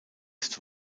ist